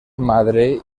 madre